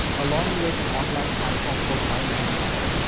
along with an online platform called mymathlab.